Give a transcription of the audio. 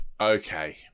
Okay